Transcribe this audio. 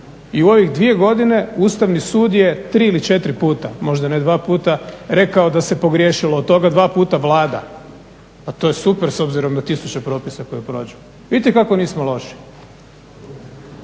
I u ove dvije godine Ustavni sud je 3 ili 4 puta možda ne 2 puta rekao da se pogriješilo od toga, 2 puta Vlada. Pa to je super s obzirom na tisuće propisa koje obrađuju. Vidite kako nismo loši.